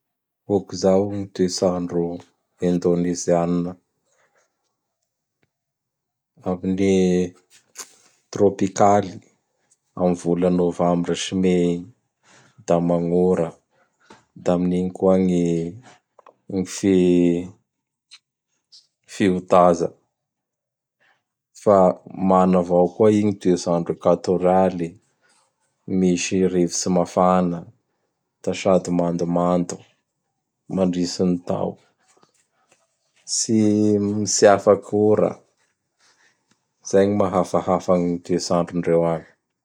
Hôkizao gny toets'andro Indonezianina; amin'ny trôpikaly am vola novambra sy may igny; da magnora; da amin'igny koa gny fi-fiotaza. Fa mana avao koa i ny toets'andro ekoatôrialy. Misy rivotsy mafana; da sady mandomando mandritsy ny tao. tsy afak'ora. Zay gn mahafahafa gn toets'androndreo agny.